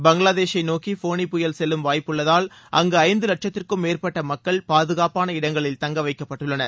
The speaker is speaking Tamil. பங்களாதேசை நோக்கி போனி புயல் செல்லும் வாய்ப்பு உள்ளதால் அங்கு ஐந்து லட்சத்திற்கும் மேற்பட்ட மக்கள் பாதுகாப்பான இடங்களில் தங்க வைக்கப்பட்டுள்ளனர்